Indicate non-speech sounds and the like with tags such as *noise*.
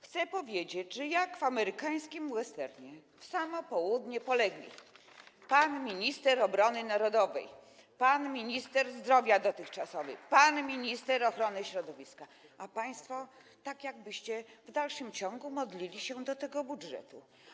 Chcę powiedzieć, że jak w amerykańskim westernie w samo południe polegli: pan minister obrony narodowej, dotychczasowy pan minister zdrowia, pan minister ochrony środowiska, *applause* a państwo tak jakbyście w dalszym ciągu modlili się do tego budżetu.